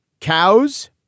Cows